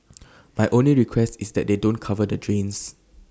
my only request is that they don't cover the drains